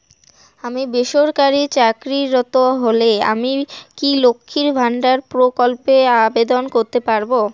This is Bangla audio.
আমি বেসরকারি চাকরিরত হলে আমি কি লক্ষীর ভান্ডার প্রকল্পে আবেদন করতে পারব?